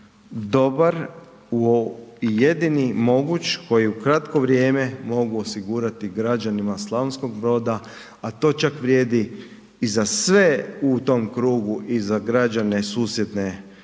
dobar i jedini moguć koji u kratko vrijeme mogu osigurati građanima Slavonskog Broda, a to čak vrijedi i za sve u tom krugu i za građane susjedne BiH